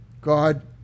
God